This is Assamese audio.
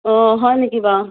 অ হয় নেকি বাৰু